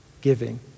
giving